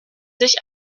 sich